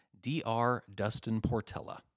drdustinportella